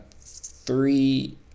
three